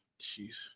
Jeez